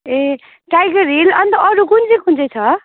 ए tiger hill अनि त अरू कुन चाहिँ कुन चाहिँ छ